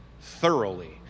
thoroughly